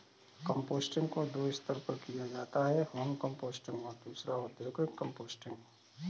composting को दो स्तर पर किया जाता है होम कंपोस्टिंग और दूसरा औद्योगिक कंपोस्टिंग